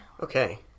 Okay